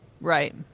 Right